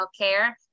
Healthcare